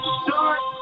start